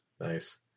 nice